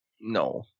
no